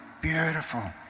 beautiful